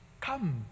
come